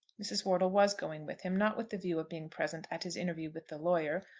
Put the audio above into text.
mrs. wortle was going with him, not with the view of being present at his interview with the lawyer,